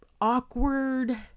awkward